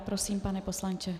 Prosím, pane poslanče.